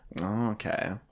Okay